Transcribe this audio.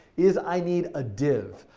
is i need a div.